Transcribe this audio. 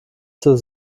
zur